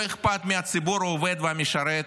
לא אכפת מהציבור העובד והמשרת,